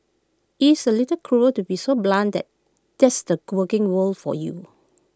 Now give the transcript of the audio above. it's A little cruel to be so blunt that that's the working world for you